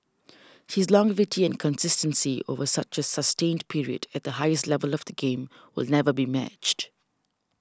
his longevity and consistency over such a sustained period at the highest level of the game will never be matched